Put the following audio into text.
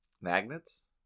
magnets